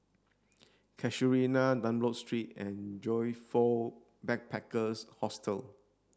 Casuarina Dunlop Street and Joyfor Backpackers' Hostel